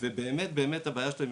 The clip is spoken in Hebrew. ובאמת הבעיה שלהם,